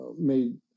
made